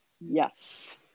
Yes